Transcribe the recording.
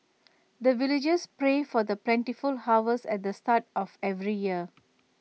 the villagers pray for the plentiful harvest at the start of every year